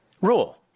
rule